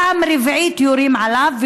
פעם רביעית יורים עליו,